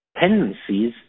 tendencies